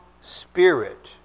spirit